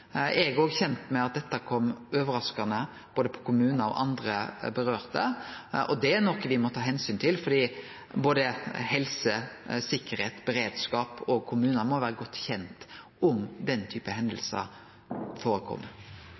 Eg er òg kjent med at dette kom overraskande både på kommunar og andre partar, og det er noko me må ta omsyn til, for både helse, sikkerheit og beredskap i kommunane må vere godt kjende med om